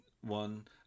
One